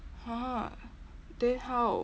!huh! then how